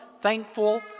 thankful